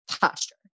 posture